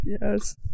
Yes